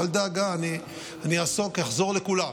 אל דאגה, אני אחזור לכולם.